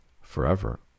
forever